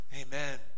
Amen